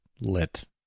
lit